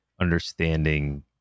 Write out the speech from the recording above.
understanding